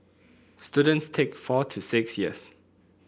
students take four to six years